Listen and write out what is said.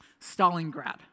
Stalingrad